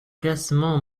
classement